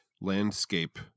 landscape